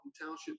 Township